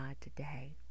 today